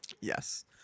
Yes